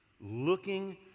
looking